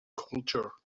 culture